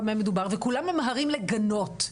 במה מדובר וכולם ממהרים לגנות,